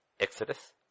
Exodus